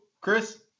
Chris